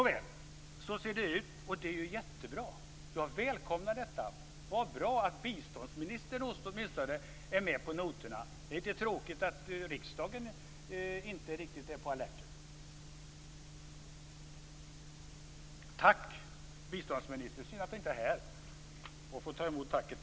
Så ser det ut. Det är jättebra. Jag välkomnar detta. Det är bra att åtminstone biståndsministern är med på noterna. Det är tråkigt att riksdagen inte är riktigt på alerten. Tack, biståndsministern. Det är synd att inte biståndsministern är här och får ta emot tacket.